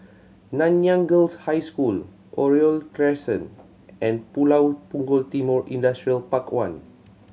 Nanyang Girls' High School Oriole Crescent and Pulau Punggol Timor Industrial Park One